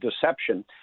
Deception